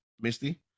Misty